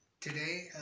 today